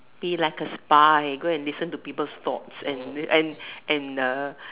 be like a spy go and listen to people's thoughts and and and